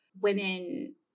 women